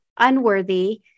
unworthy